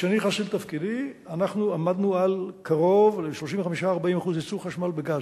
וכשאני נכנסתי לתפקידי אנחנו עמדנו על קרוב ל-35% 40% ייצור חשמל בגז,